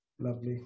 Lovely